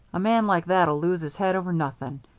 a man like that'll lose his head over nothing.